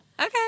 Okay